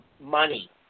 money